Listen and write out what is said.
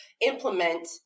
implement